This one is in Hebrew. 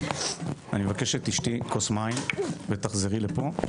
אני מבקש שתשתי כוס מים ותחזרי לפה,